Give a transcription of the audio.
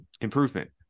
improvement